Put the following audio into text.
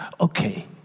okay